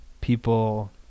people